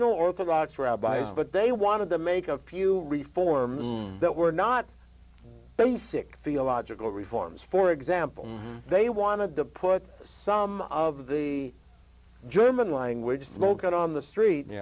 new orthodox rabbi but they wanted to make a few reforms that were not sick theological reforms for example they wanted to put some of the german language smoke out on the street you